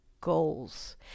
goals